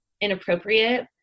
inappropriate